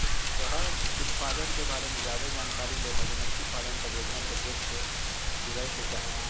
शहद उत्पादन के बारे मे ज्यादे जानकारी ले मधुमक्खी पालन परियोजना प्रोजेक्ट से जुड़य के चाही